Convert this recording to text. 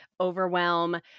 overwhelm